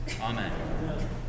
Amen